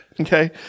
Okay